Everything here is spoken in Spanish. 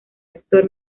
actor